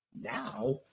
now